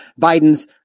Biden's